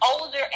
older